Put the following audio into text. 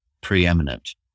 preeminent